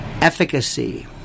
efficacy